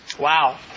Wow